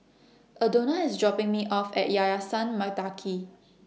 Aldona IS dropping Me off At Yayasan Mendaki